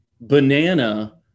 banana